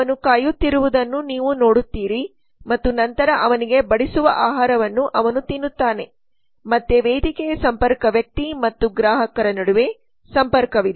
ಅವನು ಕಾಯುತ್ತಿರುವುದನ್ನು ನೀವು ನೋಡುತ್ತೀರಿ ಮತ್ತು ನಂತರ ಅವನಿಗೆ ಬಡಿಸುವ ಆಹಾರವನ್ನು ಅವನು ತಿನ್ನುತ್ತಾನೆ ಮತ್ತೆ ವೇದಿಕೆಯ ಸಂಪರ್ಕ ವ್ಯಕ್ತಿ ಮತ್ತು ಗ್ರಾಹಕರ ನಡುವೆ ಸಂಪರ್ಕವಿದೆ